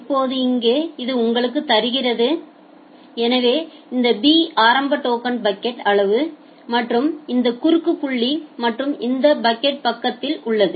இப்போது இங்கே இது உங்களுக்கு தருகிறது எனவே இந்த b ஆரம்ப டோக்கன் பக்கெட் அளவு மற்றும் இந்த குறுக்கு புள்ளி மற்றும் இந்த பாக்கெட் பக்கத்தில் உள்ளது